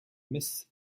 miss